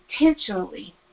intentionally